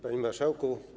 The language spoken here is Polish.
Panie Marszałku!